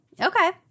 Okay